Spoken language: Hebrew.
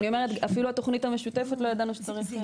אפילו לתוכנית המשותפת לא ידענו שצריך.